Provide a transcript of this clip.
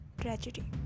tragedy